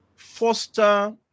Foster